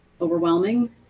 overwhelming